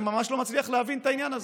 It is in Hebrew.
אני ממש לא מצליח להבין את העניין הזה.